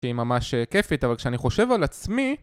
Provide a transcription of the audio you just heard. שהיא ממש כיפית אבל כשאני חושב על עצמי